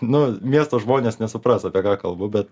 nu miesto žmonės nesupras apie ką kalbu bet